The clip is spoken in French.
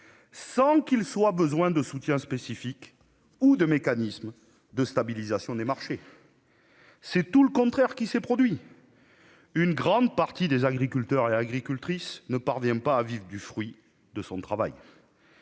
sans qu'il soit besoin de soutiens spécifiques ou de mécanismes de stabilisation des marchés. C'est tout le contraire qui s'est produit : une grande partie des agriculteurs et agricultrices ne parvient pas à vivre du fruit de son travail